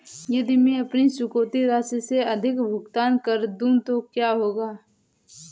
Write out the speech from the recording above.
यदि मैं अपनी चुकौती राशि से अधिक भुगतान कर दूं तो क्या होगा?